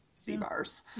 Z-bars